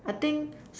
I think